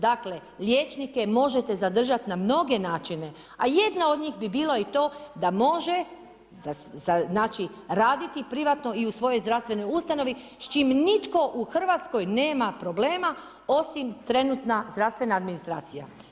Dakle, liječnike možete zadržati na mnoge načine, a jedna od njih bi bila jedna od tog, da može raditi privatno i u svojoj zdravstvenoj ustanovi, s čim nitko u Hrvatskoj nema problema osim trenutna zdravstvena administracija.